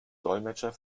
dolmetscher